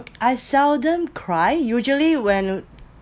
I seldom cry usually when